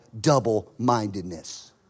double-mindedness